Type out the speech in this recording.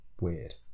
Weird